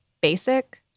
basic